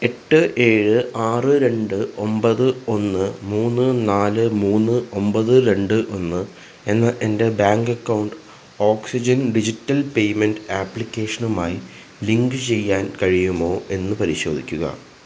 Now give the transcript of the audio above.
എട്ട് ഏഴ് ആറ് രണ്ട് ഒമ്പത് ഒന്ന് മൂന്ന് നാല് മൂന്ന് ഒമ്പത് രണ്ട് ഒന്ന് എന്ന എന്റെ bank account oxygen digital payment ആപ്ലിക്കേഷനുമായി ലിങ്ക് ചെയ്യാൻ കഴിയുമോ എന്ന് പരിശോധിക്കുക